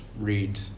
read